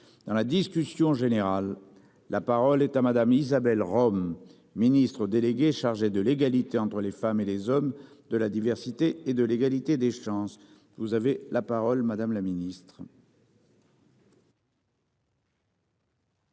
dans la discussion générale. La parole est à madame Isabelle Rome, ministre déléguée chargée de l'égalité entre les femmes et les hommes de la diversité et de l'égalité des chances. Vous avez la parole madame la Ministre.